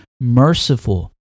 merciful